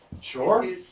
Sure